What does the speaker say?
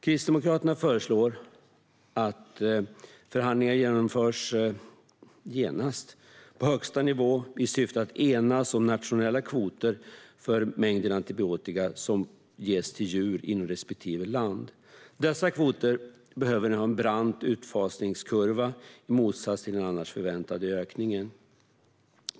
Kristdemokraterna föreslår att förhandlingar genast genomförs på högsta nivå i syfte att enas om nationella kvoter för mängden antibiotika som ges till djur inom respektive land. Dessa kvoter behöver ha en brant utfasningskurva i motsats till den annars förväntade ökningen.